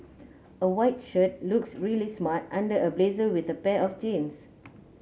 a white shirt looks really smart under a blazer with a pair of jeans